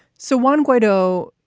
so one ghetto.